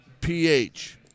PH